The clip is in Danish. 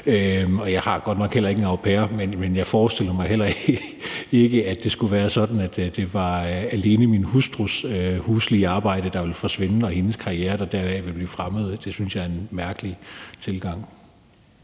Jeg har godt nok heller ikke en au pair, men jeg forestiller mig heller ikke, at det skulle være sådan, at det alene var min hustrus huslige arbejde, der ville forsvinde, og hendes karriere, der deraf ville blive fremmet. Det synes jeg er en mærkelig tilgang.